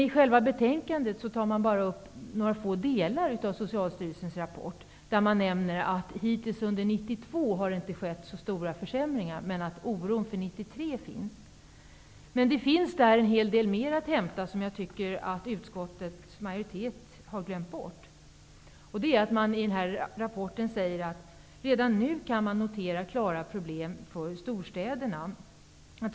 I själva betänkandet tar man dock bara upp några få delar av Socialstyrelsens rapport. Man nämner att hittills under 1992 har det inte skett så stora försämringar, men att det finns en oro för 1993. Det finns en hel del ytterligare att hämta i rapporteringen, som jag tycker att utskottets majoritet har glömt bort. I rapporten sägs att redan nu kan man notera klara problem för storstäderna.